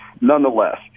Nonetheless